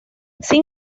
sin